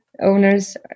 owners